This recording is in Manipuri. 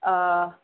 ꯑꯥ